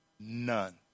None